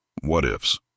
what-ifs